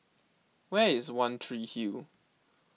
where is one Tree Hill